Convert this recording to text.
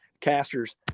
casters